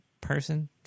person